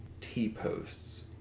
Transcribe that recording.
T-posts